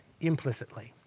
implicitly